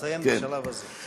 נציין, בשלב הזה.